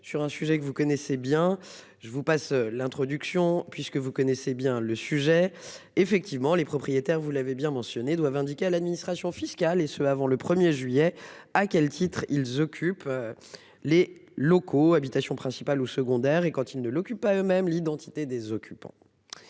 sur un sujet que vous connaissez bien, je vous passe l'introduction puisque vous connaissez bien le sujet. Effectivement, les propriétaires, vous l'avez bien mentionné doivent indiquer à l'administration fiscale et ce avant le 1er juillet à quel titre ils occupent. Les locaux habitation principale ou secondaire et quand ne l'occupe pas eux-mêmes l'identité des occupants.